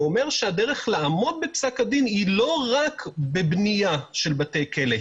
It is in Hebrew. ואומר שהדרך לעמוד בפסק הדין היא לא רק בבנייה של בתי כלא,